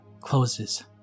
closes